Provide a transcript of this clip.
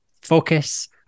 focus